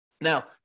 Now